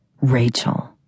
Rachel